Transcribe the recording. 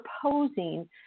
proposing